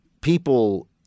people